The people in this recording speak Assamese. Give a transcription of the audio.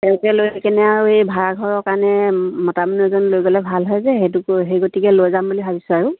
তেওঁলোকে লৈ কেনে আৰু এই ভাড়া ঘৰৰ কাৰণে মতা মানুহ এজন লৈ গ'লে ভাল হয় যে সেইটোকৈ সেই গতিকে লৈ যাম বুলি ভাবিছোঁ আৰু